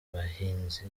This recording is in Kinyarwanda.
bahinzi